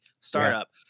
startup